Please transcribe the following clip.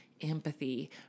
empathy